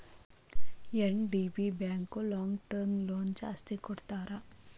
LDB bank long term loan ಜಾಸ್ತಿ ಕೊಡ್ತಾರ